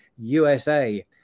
USA